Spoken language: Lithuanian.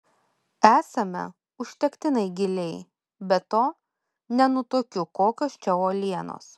esame užtektinai giliai be to nenutuokiu kokios čia uolienos